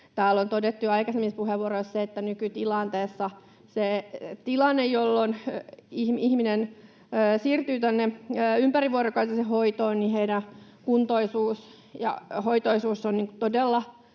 Täällä on todettu jo aikaisemmissa puheenvuoroissa, että nykytilanteessa se tilanne, jolloin ihminen siirtyy ympärivuorokautiseen hoitoon, on sellainen, että heidän kuntoisuutensa ja hoitoisuutensa ovat todella